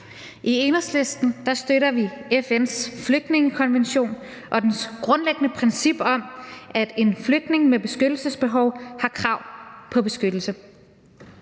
I Enhedslisten støtter vi FN's flygtningekonvention og dens grundlæggende princip om, at en flygtning med beskyttelsesbehov har krav på beskyttelse.